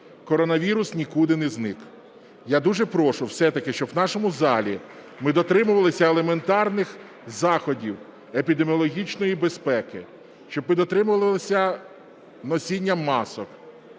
коронавірус нікуди не зник. Я дуже прошу, все-таки щоб у нашому залі ми дотримувалися елементарних заходів епідеміологічної безпеки, щоб ми дотримувалися носіння масок.